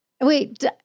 Wait